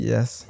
Yes